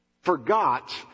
forgot